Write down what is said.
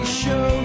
show